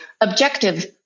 objective